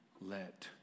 let